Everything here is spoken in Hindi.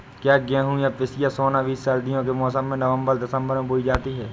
क्या गेहूँ या पिसिया सोना बीज सर्दियों के मौसम में नवम्बर दिसम्बर में बोई जाती है?